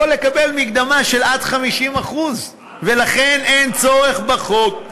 יכול לקבל מקדמה של עד 50%. ולכן אין צורך בחוק.